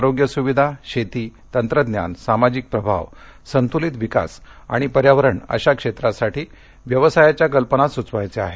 आरोग्य सुविधा शेती तंत्रज्ञान सामाजिक प्रभाव संतुलित विकास आणि पर्यावरण अशा क्षेत्रासाठी व्यवसायाच्या कल्पना सुचवायच्या आहेत